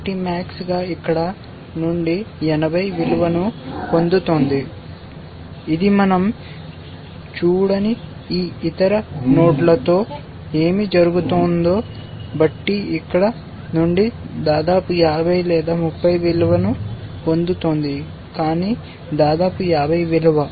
కాబట్టి max గా ఇక్కడ నుండి 80 విలువను పొందుతోంది ఇది మనం చూడని ఈ ఇతర నోడ్లలో ఏమి జరుగుతుందో బట్టి ఇక్కడ నుండి దాదాపు 50 లేదా 30 విలువను పొందుతోంది కానీ దాదాపు 50 విలువ